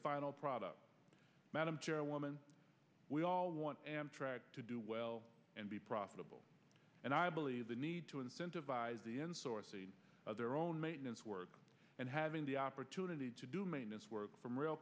final product madam chairwoman we all want amtrak to do well and be profitable and i believe they need to incentivize the end source of their own maintenance work and having the opportunity to do maintenance work from real